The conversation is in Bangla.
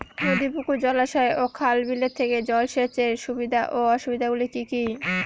নদী পুকুর জলাশয় ও খাল বিলের থেকে জল সেচের সুবিধা ও অসুবিধা গুলি কি কি?